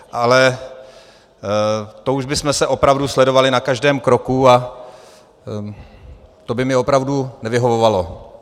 Ale to už bychom se opravdu sledovali na každém kroku a to by mi opravdu nevyhovovalo.